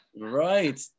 Right